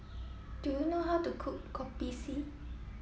do you know how to cook Kopi C